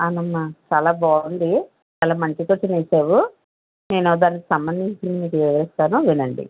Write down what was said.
అవునమ్మా చాలా బాగుంది చాలా మంచి క్వశ్చన్ వేశావు నేను దానికి సంబంధించి మీకు వివరిస్తాను వినండి